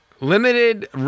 limited